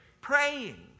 Praying